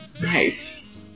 nice